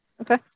Okay